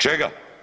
Čega?